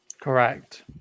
Correct